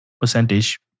percentage